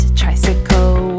tricycle